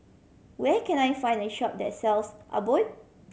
where can I find a shop that sells Abbott